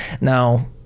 Now